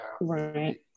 right